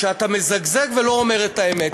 כשאתה מזגזג ולא אומר את האמת.